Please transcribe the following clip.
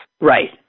right